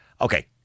Okay